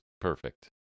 perfect